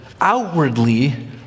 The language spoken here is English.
outwardly